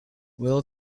will